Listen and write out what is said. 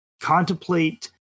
contemplate